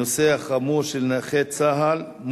הצעה לסדר-היום